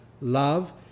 love